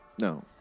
No